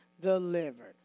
delivered